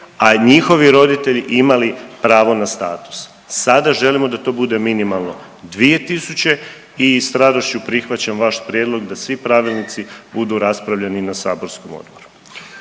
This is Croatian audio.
a njihovi roditelji imali pravo na status. Sada želimo da to bude minimalno 2 tisuće i s radošću prihvaćam vaš prijedlog da svi pravilnici budu raspravljeni i na saborskom odboru.